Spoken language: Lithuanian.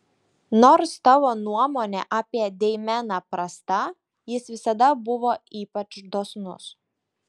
nors tavo nuomonė apie deimeną prasta jis visada buvo ypač dosnus